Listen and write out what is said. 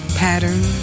pattern